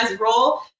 role